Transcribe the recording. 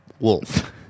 wolf